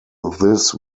this